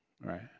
Right